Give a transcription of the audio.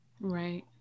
right